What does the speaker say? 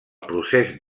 procés